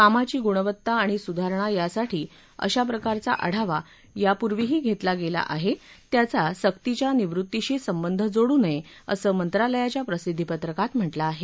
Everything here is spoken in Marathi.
कामाची गुणवत्ता आणि सुधारणा यासाठी अशाप्रकारचा आढावा यापूर्वीही घेतला गेला आहे त्याचा सक्तीच्या निवृत्तीशी संबंध जोडू नये असं मंत्रालयाच्या प्रसिद्वीपत्रकात म्हटलं आहे